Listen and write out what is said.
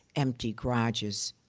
empty garages.